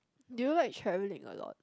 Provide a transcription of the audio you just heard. do you like travelling a lot